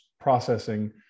processing